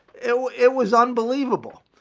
so it was unbelievable.